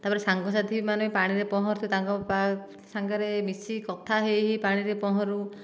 ତା ପରେ ସାଙ୍ଗ ସାଥୀମାନେ ପାଣିରେ ପହଁରୁଥିବେ ତାଙ୍କର ସାଙ୍ଗରେ ମିଶି କଥା ହେଇ ହେଇ ପାଣିରେ ପହଁରୁ